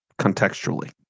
contextually